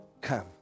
come